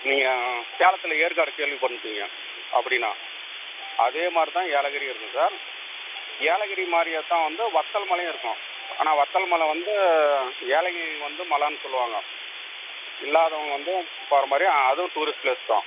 நீங்கள் சேலத்தில் ஏற்காடு கேள்விப்பட்னிருப்பீங்க அப்படின்னால் அதேமாதிரிதான் ஏலகிரியும் இருக்கும் சார் ஏலகிரிமாரியேதான் வந்து வத்தல் மலையும் இருக்கும் ஆனால் வத்தல் மலை வந்து ஏலகிரி வந்து மலைன்னு சொல்லுவாங்க இல்லாதவங்க வந்து போகிற மாதிரி அதுவும் டூரிஸ்ட் ப்ளேஸ் தான்